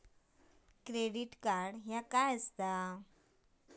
Credit card काय असता?